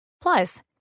Plus